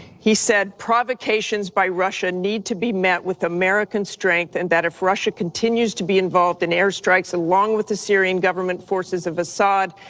he said provocations by russia need to be met with american strength and that if russia continues to be involved in airstrikes along with the syrian government forces of assad,